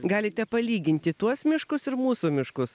galite palyginti tuos miškus ir mūsų miškus